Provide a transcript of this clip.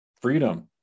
freedom